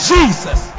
Jesus